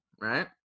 right